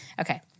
Okay